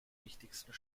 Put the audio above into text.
wichtigsten